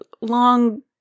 long